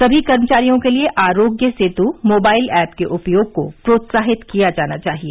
सभी कर्मचारियों के लिए आरोग्य सेतु मोबाइल ऐप के उपयोग को प्रोत्साहित किया जाना चाहिए